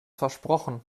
versprochen